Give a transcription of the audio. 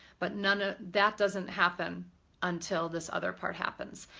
but none of that doesn't happen until this other part happens.